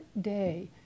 day